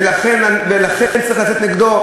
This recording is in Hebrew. ולכן צריך ללכת נגדו,